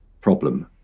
problem